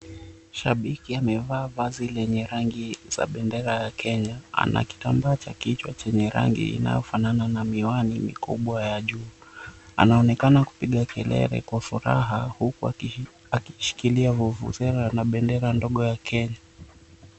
Shabiki amevaa vazi lenye rangi za bendera ya Kenya ana kitambaa cha kichwa chenye rangi inayofanana na miwani mikubwa ya jua. Anaonekana kupiga kelele kwa furaha huku akishikilia vuvuzela na bendera ndogo ya Kenya.